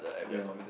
ya